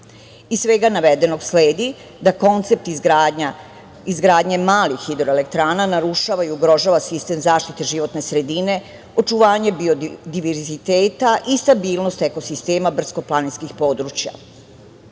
svega navedenog sledi da koncept izgradnje malih hidroelektrana narušava i ugrožava sistem zaštite životne sredine, očuvanje biodiverziteta i stabilnost ekosistema brdsko-planinskih područja.